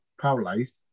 paralyzed